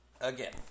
Again